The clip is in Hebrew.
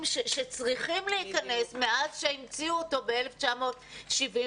שצריכים להיכנס מאז שהמציאו אותו ב-1975,